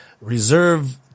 reserve